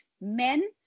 men